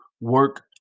work